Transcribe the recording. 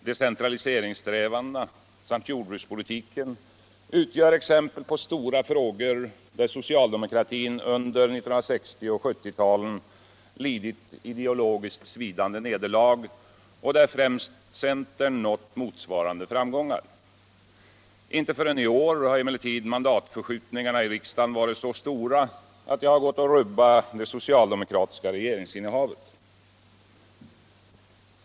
decentraliseringssträvandena samt jordbrukspolitiken utgör exempel på stora frågor, där socialdemokratin under 1960 och 1970-talen lidit ideologiskt svidande nederlag och där främst centern nått motsvarande framgångar. Inte förrän i år har emellertid mandatförskjutningarna i riksdagen varit så stora att det har gått att rubba det socialdemokratiska regeringsinnehavet.